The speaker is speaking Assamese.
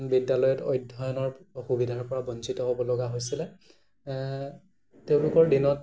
বিদ্যালয়ত অধ্যয়নৰ সুবিধাৰ পৰা বঞ্চিত হ'ব লগা হৈছিলে তেওঁলোকৰ দিনত